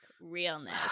realness